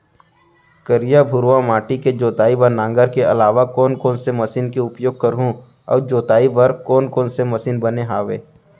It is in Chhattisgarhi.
करिया, भुरवा माटी के जोताई बर नांगर के अलावा कोन कोन से मशीन के उपयोग करहुं अऊ जोताई बर कोन कोन से मशीन बने हावे?